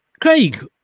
Craig